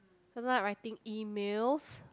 doesn't like writing Emails